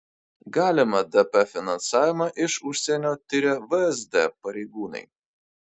galimą dp finansavimą iš užsienio tiria vsd pareigūnai